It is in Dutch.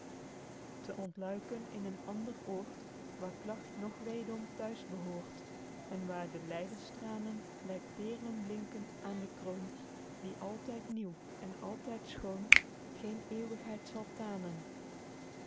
te ontluiken in een ander oord waer klagt noch weedom t huis behoort en waer de lydenstranen lyk peerlen blinken aen de kroon die altyd nieuw en altyd schoon geen eeuwigheid zal tanen